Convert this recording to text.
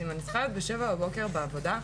אם אני צריכה להיות בשעה שבע בבוקר בעבודה,